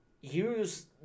use